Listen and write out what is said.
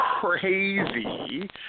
crazy